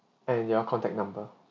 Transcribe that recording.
and your contact number